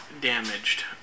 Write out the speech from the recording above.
damaged